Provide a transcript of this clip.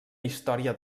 història